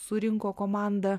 surinko komandą